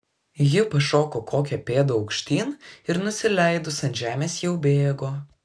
ji pašoko kokią pėdą aukštyn ir nusileidus ant žemės jau bėgo